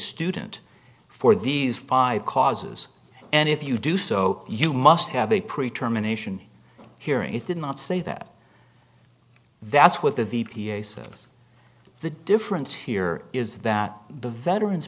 student for these five causes and if you do so you must have a pretty terminations hearing it did not say that that's what the v p a service the difference here is that the veterans